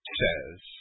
says